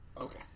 Okay